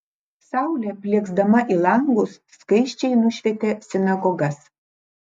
saulė plieksdama į langus skaisčiai nušvietė sinagogas